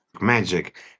magic